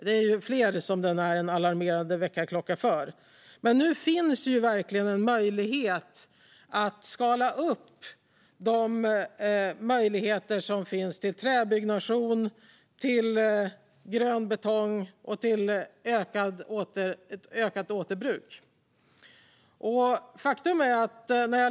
Det är den för fler, men nu finns verkligen en möjlighet att skala upp möjligheterna för träbyggnation, grön betong och ökat återbruk.